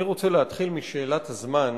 אני רוצה להתחיל משאלת הזמן,